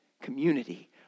community